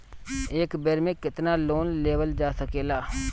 एक बेर में केतना लोन लेवल जा सकेला?